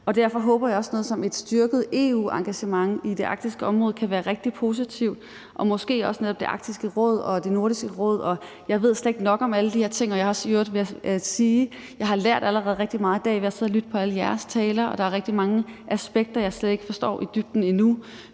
derfor håber jeg også, at sådan noget som et styrket EU-engagement i det arktiske område kan være rigtig positivt og måske også netop Arktisk Råd og Nordisk Råd. Jeg ved slet ikke nok om alle de her ting, og jeg har allerede lært rigtig meget i dag ved at lytte til alle jeres taler, vil jeg sige, og der er rigtig mange aspekter, jeg slet ikke forstår i dybden endnu,